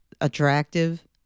attractive